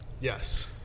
yes